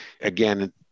again